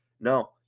No